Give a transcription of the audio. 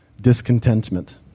discontentment